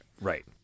Right